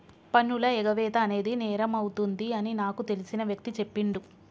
పన్నుల ఎగవేత అనేది నేరమవుతుంది అని నాకు తెలిసిన వ్యక్తి చెప్పిండు